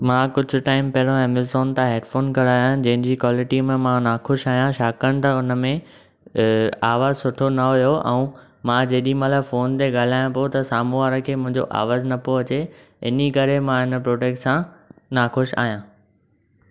मां कुझु टाइम पहिरों एमेजोन तां हैड फ़ोन घुरायां आहिनि जंहिंजी कुआलिटी में मां ना ख़ुशि आहियां छाकाणि त हुनमें अ आवाजु सुठो न हुयो ऐं मां जेॾीमहिल फ़ोन ते ॻाल्हायां पोइ त साम्हू वारे खे मुंहिंजो आवाजु न पोइ अचे इन्हीअ करे मां हिन प्रोडक्ट सां ना ख़ुशि आहियां